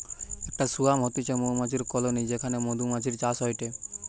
একটা সোয়ার্ম হতিছে মৌমাছির কলোনি যেখানে মধুমাছির চাষ হয়টে